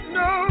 no